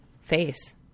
face